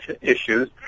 issues